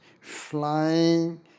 flying